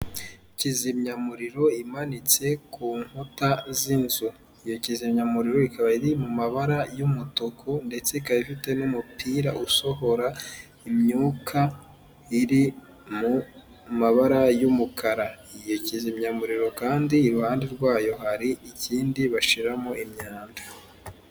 Kizimyamuriro imanitse ku nkuta z'inzu iyo kizimyamuriro ikaba iri mu mabara y'umutuku, ndetse ikaba ifite n'umupira usohora imyuka iri mu mabara y'umukara. Iy kizimya umuriro kandi iruhande rwayo hari ikindi bashiramo imyanda.